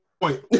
point